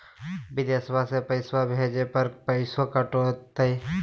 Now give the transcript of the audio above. बिदेशवा मे पैसवा भेजे पर पैसों कट तय?